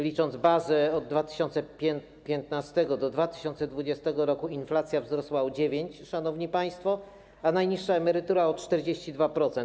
Licząc bazę od 2015 r. do 2020 r., inflacja wzrosła o 9, szanowni państwo, a najniższa emerytura o 42%.